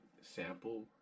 sample